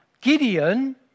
Gideon